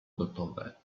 gotowe